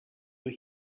were